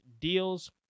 deals